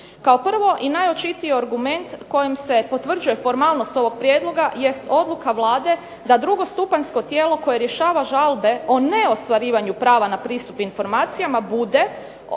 Kao prvo i najočitiji argument kojim se potvrđuje formalnost ovog prijedloga jest odluka Vlade da drugostupanjsko tijelo koje rješava žalbe o neostvarivanju prava na pristup informacijama bude